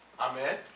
Amen